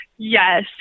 Yes